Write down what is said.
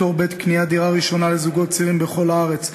פטור בעת קניית דירה ראשונה לזוגות צעירים בכל הארץ),